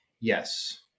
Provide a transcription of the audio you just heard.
Yes